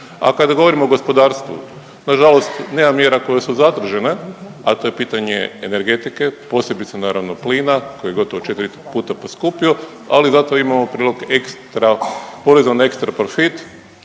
A kada govorimo o gospodarstvu, nažalost nema mjera koje su …, a to je pitanje energetike, posebice naravno plina koji je gotovo četri puta poskupio, ali zato imamo prilog ekstra poreza na ekstra profit